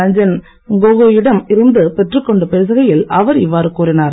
ரஞ்சன் கோகோயிடம் இருந்து பெற்றுக் கொண்டு பேசுகையில் அவர் இவ்வாறு கூறினார்